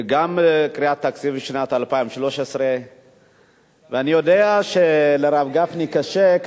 וגם לקראת התקציב לשנת 2013. ואני יודע שלרב גפני קשה.